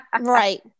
Right